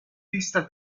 listas